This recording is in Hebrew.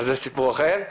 אבל זה סיפור אחר.